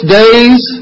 days